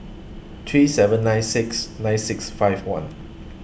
three seven nine six nine six five one